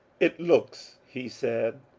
it looks, he said,